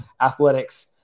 athletics